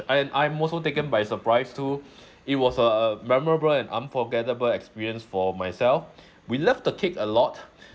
and I'm also taken by surprise too it was a a memorable and unforgettable experience for myself we loved the cake a lot